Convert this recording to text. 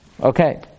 Okay